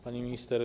Pani Minister!